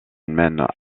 mène